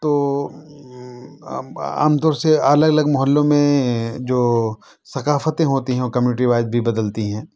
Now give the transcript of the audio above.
تو عام عام طور سے الگ الگ محلوں میں جو ثقافتیں ہوتی ہیں وہ کمیونٹی وائز بھی بدلتی ہیں